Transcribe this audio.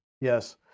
Yes